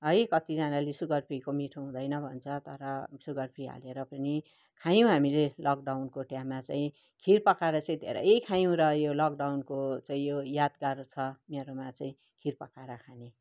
है कतिजनाले सुगर फ्रीको मिठो हुँदैन भन्छ तर सुगर फ्री हालेर पनि खायौँ हामीले लकडाउनको टाइममा चाहिँ खिर पकाएर चाहिँ धेरै खायौँ र यो लकडाउनको चाहिँ यो यादगार छ मेरोमा चाहिँ खिर पकाएर खाने